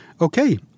Okay